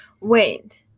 Wait